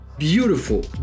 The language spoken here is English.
beautiful